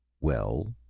well?